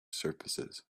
surfaces